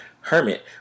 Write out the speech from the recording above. hermit